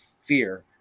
fear